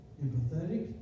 Empathetic